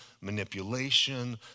manipulation